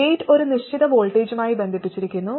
gate ഒരു നിശ്ചിത വോൾട്ടേജുമായി ബന്ധിപ്പിച്ചിരിക്കുന്നു